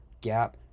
gap